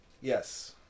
yes